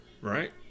Right